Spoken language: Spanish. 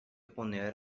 poner